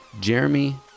Jeremy